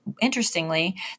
interestingly